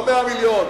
לא 100 מיליון,